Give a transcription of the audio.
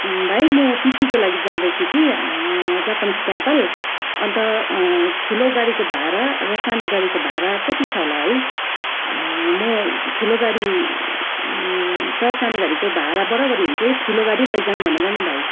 भाइ म पिकनिकको लागि जाँदैछु कि जापानिस ट्याम्पल अन्त ठुलो गाडीको भाडा र सानो गाडीको भाडा कति छ होला है म ठुलो गाडी छ सानो गाडीको भाडा बराबरी हुन्छ ठुलो गाडी लैजाऊँ भनेर नि भाइ